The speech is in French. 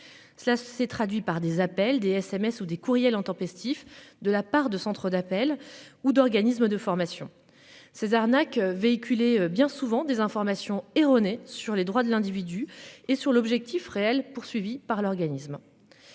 Cela s'est traduit par des appels des SMS ou des courriels intempestifs de la part de centres d'appel ou d'organismes de formation. Ces arnaques véhiculées bien souvent des informations erronées sur les droits de l'individu et sur l'objectif réel poursuivi par l'organisme.